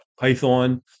Python